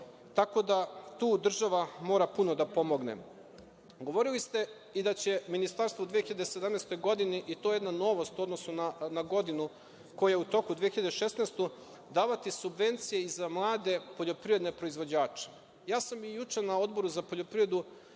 tako da tu država mora puno da pomogne. Govorili ste i da će Ministarstvo u 2017. godini, i to je jedna novost u odnosu na godinu koja je u toku, 2016. godinu, davati subvencije i za mlade poljoprivredne proizvođače. Ja sam i juče na Odboru za poljoprivredu,